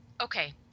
okay